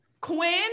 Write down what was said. Quinn